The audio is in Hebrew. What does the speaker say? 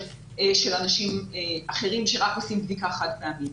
של אנשים אחרים שרק עושים בדיקה חד פעמית.